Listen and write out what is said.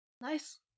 Nice